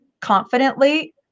confidently